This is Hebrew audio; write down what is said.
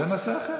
ונשאלות כבר